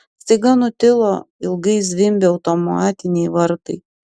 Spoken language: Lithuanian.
staiga nutilo ilgai zvimbę automatiniai vartai